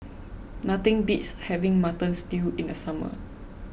nothing beats having Mutton Stew in the summer